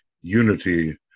unity